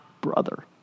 brother